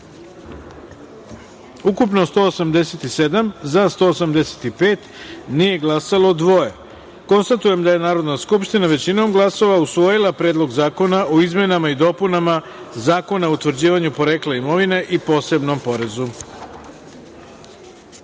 187, za - 185, nije glasalo dvoje. Konstatujem da je Narodna skupština većinom glasova usvojila Predlog zakona o izmenama i dopunama Zakona o utvrđivanju porekla imovine i posebnom porezu. Tačka